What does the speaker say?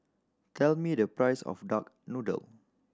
tell me the price of duck noodle